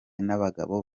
n’abagabo